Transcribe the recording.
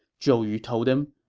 zhou yu told him.